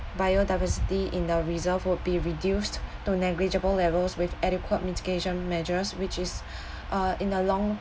biodiversity in the reserve would be reduced to negligible levels with adequate mitigation measures which is uh in a long